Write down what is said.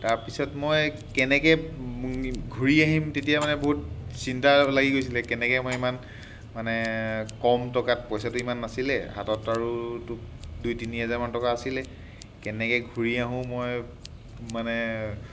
তাৰপিছত মই কেনেকৈ ঘূৰি আহিম তেতিয়া মানে বহুত চিন্তা লাগি গৈছিলে কেনেকৈ মই ইমান মানে কম টকাত পইচাটো ইমান নাছিলে হাতত আৰু দুই তিনি হেজাৰমান টকা আছিলে কেনেকৈ ঘূৰি আহোঁ মই মানে